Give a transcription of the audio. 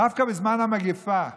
דווקא בזמן המגפה,